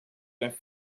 zijn